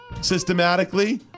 Systematically